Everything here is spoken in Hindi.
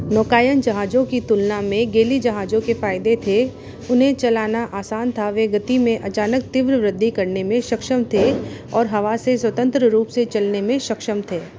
नौकायन जहाजों की तुलना में गैली जहाजों के फ़ायदे थे उन्हें चलाना आसान था वे गति में अचानक तीव्र वृद्धि करने में सक्षम थे और हवा से स्वतंत्र रूप से चलने में सक्षम थे